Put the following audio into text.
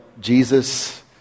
Jesus